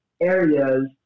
areas